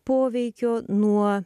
poveikio nuo